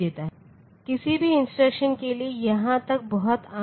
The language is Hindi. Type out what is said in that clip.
किसी भी इंस्ट्रक्शन के लिए यहाँ तक बहुत आम है